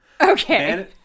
Okay